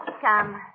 come